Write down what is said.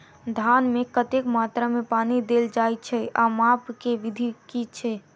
धान मे कतेक मात्रा मे पानि देल जाएँ छैय आ माप केँ विधि केँ छैय?